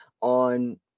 on